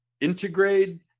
integrate